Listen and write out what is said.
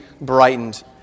brightened